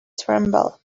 tremble